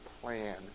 plan